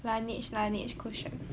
Laneige Laneige cushion